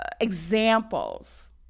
examples